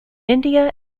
india